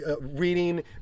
Reading